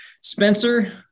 Spencer